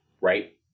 right